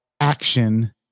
action